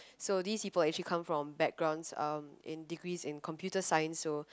so these people actually come from backgrounds um in degrees in computer science so